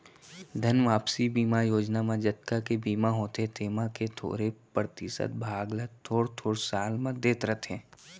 धन वापसी बीमा योजना म जतका के बीमा होथे तेमा के थोरे परतिसत भाग ल थोर थोर साल म देत रथें